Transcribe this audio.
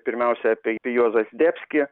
pirmiausia apie juozą zdebskį